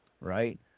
right